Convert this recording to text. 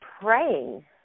praying